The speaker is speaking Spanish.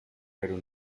pero